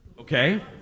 Okay